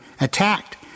attacked